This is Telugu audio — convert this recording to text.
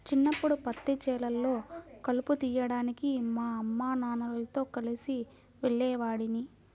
చిన్నప్పడు పత్తి చేలల్లో కలుపు తీయడానికి మా అమ్మానాన్నలతో కలిసి వెళ్ళేవాడిని